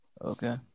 Okay